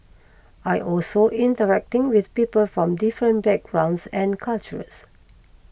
I also interacting with people from different backgrounds and cultures